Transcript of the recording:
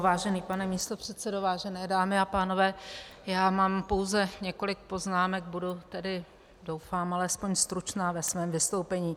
Vážený pane místopředsedo, vážené dámy a pánové, mám pouze několik poznámek, budu tedy, alespoň doufám, stručná ve svém vystoupení.